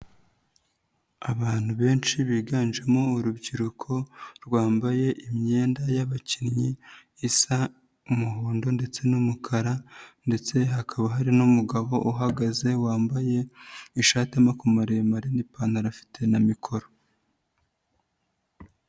Abantu benshi biganjemo urubyiruko rwambaye imyenda y'abakinnyi isa umuhondo ndetse n'umukara, ndetse hakaba hari n'umugabo uhagaze wambaye ishati y'amaboko maremare n'ipantaro afite na mikoro.